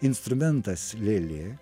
instrumentas lėlė